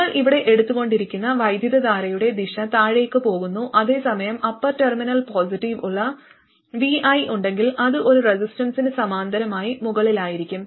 നമ്മൾ ഇവിടെ എടുത്തുകൊണ്ടിരിക്കുന്ന വൈദ്യുതധാരയുടെ ദിശ താഴേക്ക് പോകുന്നു അതേസമയം അപ്പർ ടെർമിനൽ പോസിറ്റീവ് ഉള്ള vi ഉണ്ടെങ്കിൽ അത് ഒരു റെസിസ്റ്റൻസിന് സമാന്തരമായി മുകളിലായിരിക്കും